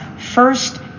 first